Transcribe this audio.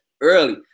early